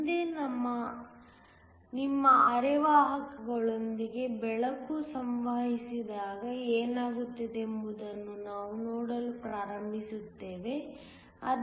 ಮುಂದೆ ನಿಮ್ಮ ಅರೆವಾಹಕಗಳೊಂದಿಗೆ ಬೆಳಕು ಸಂವಹಿಸಿದಾಗ ಏನಾಗುತ್ತದೆ ಎಂಬುದನ್ನು ನಾವು ನೋಡಲು ಪ್ರಾರಂಭಿಸುತ್ತೇವೆ